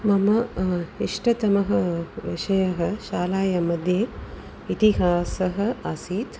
मम इष्टतमः विषयः शालायां मध्ये इतिहासः आसीत्